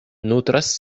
nutras